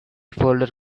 folder